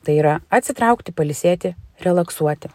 tai yra atsitraukti pailsėti relaksuoti